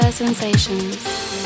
sensations